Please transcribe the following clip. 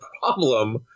problem